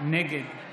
נגד